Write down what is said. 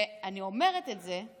ואני אומרת את זה,